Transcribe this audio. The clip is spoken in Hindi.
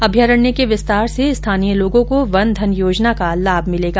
अम्यारण्य के विस्तार से स्थानीय लोगों को वन धन योजना का लाभ मिलेगा